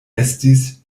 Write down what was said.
estis